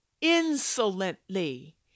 insolently